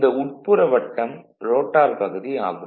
இந்த உட்புற வட்டம் ரோட்டார் பகுதி ஆகும்